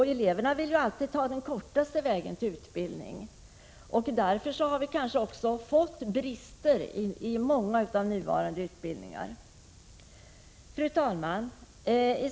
Eleverna vill ju alltid ta den kortaste vägen genom en utbildning. I stället har vi kanske fått brister i många av de nuvarande utbildningarna. Fru talman!